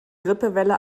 grippewelle